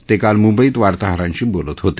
ते काल मुंबईत वार्ताहरांशी बोलत होते